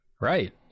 Right